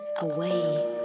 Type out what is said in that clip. away